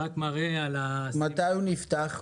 מתי הוא נפתח?